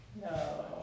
No